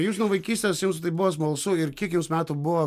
jūs nuo vaikystės jums tai buvo smalsu ir kiek jums metų buvo